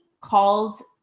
calls